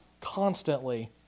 constantly